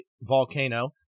volcano